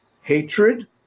hatred